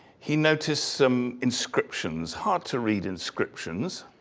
he noticed some inscriptions, hard to read inscriptions.